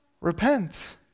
Repent